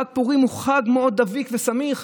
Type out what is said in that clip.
חג פורים הוא חג מאוד דביק וסמיך,